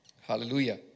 Hallelujah